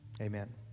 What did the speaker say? Amen